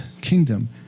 kingdom